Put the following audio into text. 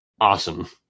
awesome